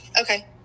Okay